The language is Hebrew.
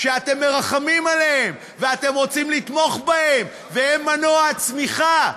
שאתם מרחמים עליהם ואתם רוצים לתמוך בהם והם מנוע הצמיחה,